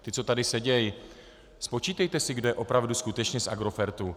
Ti, co tady sedí, spočítejte si, kdo je opravdu skutečně z Agrofertu.